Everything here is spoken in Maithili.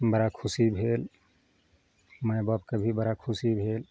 बड़ा खुशी भेल माय बापके भी बड़ा खुशी भेल